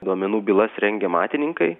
duomenų bylas rengia matininkai